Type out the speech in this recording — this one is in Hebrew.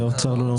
והאוצר לא לוקח.